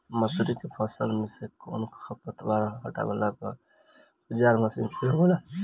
मसुरी के फसल मे से खरपतवार हटावेला कवन औजार या मशीन का प्रयोंग होला?